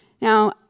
now